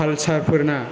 खालसारफोरना